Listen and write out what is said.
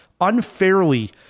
unfairly